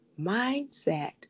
mindset